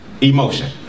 emotion